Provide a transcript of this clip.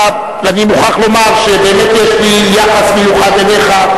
אני מוכרח לומר שבאמת יש לי יחס מיוחד אליך,